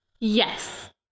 Yes